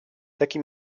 taki